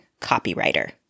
copywriter